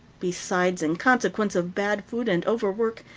besides, in consequence of bad food and overwork,